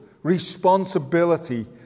Responsibility